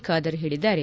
ಖಾದರ್ ಹೇಳಿದ್ದಾರೆ